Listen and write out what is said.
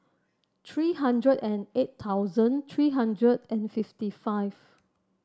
three hundred and eight thousand three hundred and fifty five